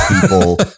people